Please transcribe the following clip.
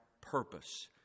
purpose